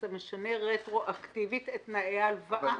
אתה משנה רטרואקטיבית של תנאי ההלוואה.